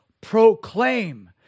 proclaim